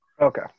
Okay